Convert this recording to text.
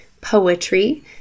poetry